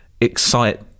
excite